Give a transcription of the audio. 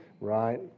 right